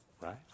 right